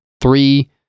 three